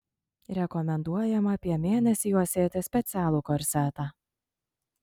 rekomenduojama apie mėnesį juosėti specialų korsetą